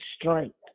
strength